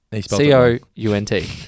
C-O-U-N-T